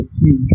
huge